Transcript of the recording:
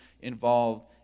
involved